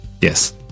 Yes